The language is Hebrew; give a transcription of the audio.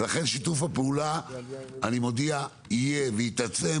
לכן אני מודיע שיהיה שיתוף פעולה